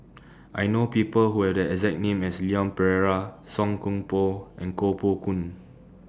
I know People Who Have The exact name as Leon Perera Song Koon Poh and Koh Poh Koon